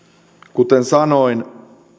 kuten sanoin